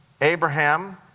Abraham